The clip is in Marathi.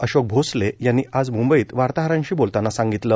अशोक भोसले यांनी आज म्बईत वार्ताहरांशी बोलतांना सांगितलं